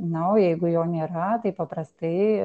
na o jeigu jo nėra taip paprastai